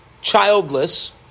childless